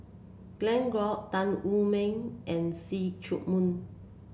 Glen Goei Tan Wu Meng and See Chak Mun